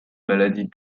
maladies